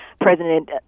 President